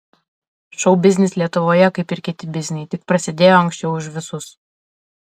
šou biznis lietuvoje kaip ir kiti bizniai tik prasidėjo anksčiau už visus